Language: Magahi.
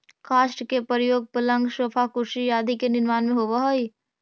काष्ठ के प्रयोग पलंग, सोफा, कुर्सी आदि के निर्माण में होवऽ हई